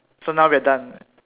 so now we're done